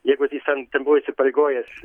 jeigu jis ten ten buvo įsipareigojęs